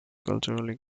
culturally